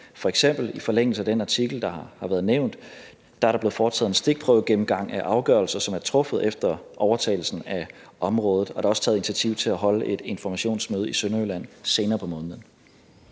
er der i forlængelse af den artikel, der har været nævnt, blevet foretaget en stikprøvegennemgang af afgørelser, som er truffet efter overtagelsen af området, og der er også taget initiativ til at holde et informationsmøde i Sønderjylland senere på måneden.